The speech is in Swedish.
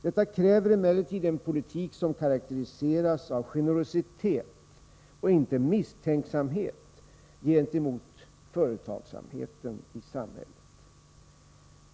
Detta kräver emellertid en politik som karakteriseras av generositet och inte misstänksamhet gentemot företagsamheten i samhället.